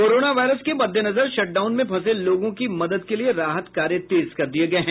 corona virus के मद्देनजर shutdown में फंसे लोगों की मदद के लिए राहत कार्य तेज कर दिये गये हैं